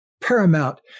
paramount